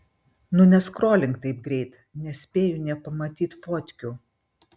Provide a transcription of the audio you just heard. nu neskrolink taip greit nespėju nė pamatyt fotkių